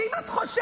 ואם את חושבת,